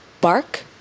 Bark